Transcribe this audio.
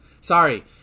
Sorry